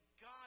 God